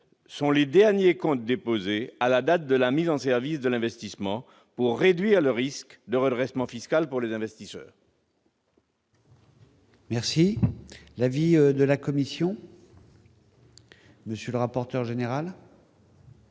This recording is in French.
sont les derniers comptes déposés à la date de mise en service de l'investissement, afin de réduire le risque de redressement fiscal pour les investisseurs. Quel est l'avis de la commission ? Notre collègue Michel